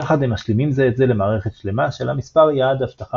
יחד הם משלימים זה את זה למערכת שלמה שלה מספר יעד אבטחה